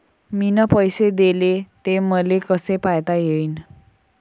मिन पैसे देले, ते मले कसे पायता येईन?